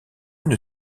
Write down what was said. une